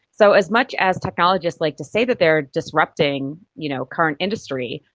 so as much as technologists like to say that they are disrupting you know current industry,